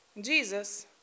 Jesus